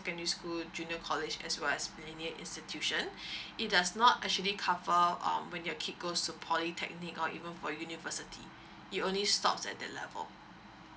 school junior college as well as millennia institution it does not actually cover um when your kid goes to polytechnic or even for university it only stops at that level